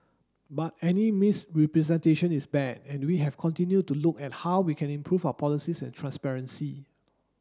but any misrepresentation is bad and we have continued to look at how we can improve our policies and transparency